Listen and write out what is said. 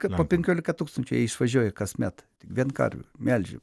kad po penkiolika tūkstančių jie išvažiuoja kasmet vien karvių melžių